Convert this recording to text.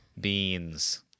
Beans